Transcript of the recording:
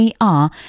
AR